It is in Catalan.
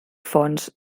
fonts